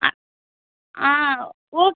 ஆ ஆ ஓக்